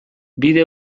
bide